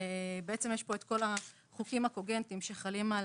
יש כאן את כל החוקים הקוגנטים שחלים על